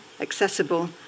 accessible